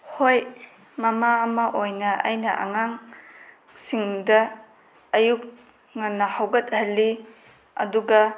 ꯍꯣꯏ ꯃꯃꯥ ꯑꯃ ꯑꯣꯏꯅ ꯑꯩꯅ ꯑꯉꯥꯡꯁꯤꯡꯗ ꯑꯌꯨꯛ ꯉꯟꯅ ꯍꯧꯒꯠꯍꯜꯂꯤ ꯑꯗꯨꯒ